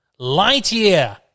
Lightyear